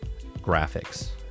graphics